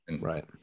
Right